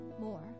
more